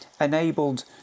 enabled